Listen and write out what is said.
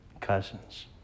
cousins